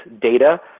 data